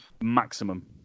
maximum